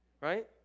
Right